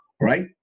Right